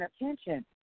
attention